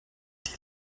die